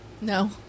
No